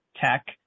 tech